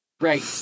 Right